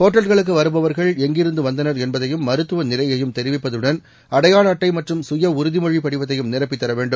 ஒட்டல்களுக்கு வருபவர்கள் எங்கிருந்து வந்தனர் என்பதையும் மருத்துவ நிலையையும் தெரிவிப்பதுடன் அடையாள அட்டை மற்றும் சுய உறுதிமொழிப் படிவத்தையும் நிரப்பித் தர வேண்டும்